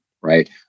right